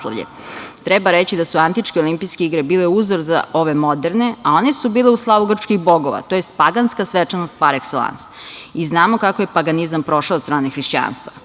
Treba reći da su Antičke olimpijske igre bile uzor za ove moderne, a one su bile u slavu grčkih bogova, tj. paganska svečanost "par ekselans". Znamo kako je paganizam prošao od strane hrišćanstva